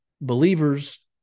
believers